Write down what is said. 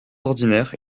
ordinaire